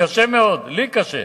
קשה לי מאוד, קשה,